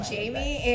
Jamie